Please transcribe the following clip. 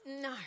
No